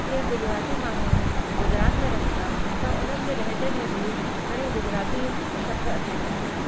जीअं गुजराती माण्हू आहिनि गुजरात में रहंदा त हुननि जे लहिजे में बि घणेई गुजराती शब्द अची था वञनि